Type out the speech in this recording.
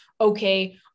okay